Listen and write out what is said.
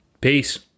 Peace